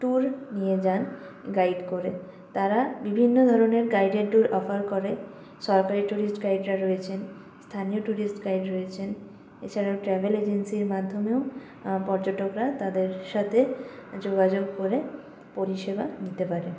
tour নিয়ে যান guide করে তারা বিভিন্ন ধরনের গাইডের ট্যুর অফার করে সরকারি টুরিস্ট গাইডরা রয়েছেন স্থানীয় টুরিস্ট গাইড রয়েছেন এছাড়া ট্র্যাভেল এজেন্সির মাধ্যমেও পর্যটকরা তাদের সাথে যোগাযোগ করে পরিষেবা নিতে পারে